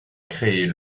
créer